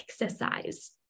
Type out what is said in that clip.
exercise